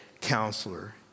counselor